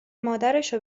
مادرشو